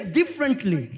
differently